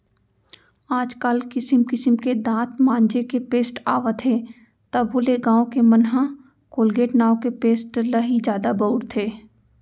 आज काल किसिम किसिम के दांत मांजे के पेस्ट आवत हे तभो ले गॉंव के मन ह कोलगेट नांव के पेस्ट ल ही जादा बउरथे